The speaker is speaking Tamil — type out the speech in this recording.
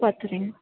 பார்த்துறீங்க